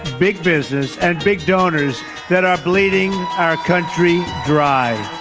big business and big donors that are bleeding our country dry.